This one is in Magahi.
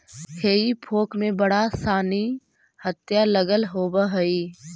हेई फोक में बड़ा सानि हत्था लगल होवऽ हई